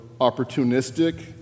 opportunistic